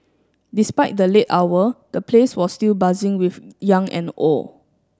despite the late hour the place was still buzzing with young and old